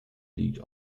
league